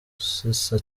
zisa